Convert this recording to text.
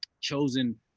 chosen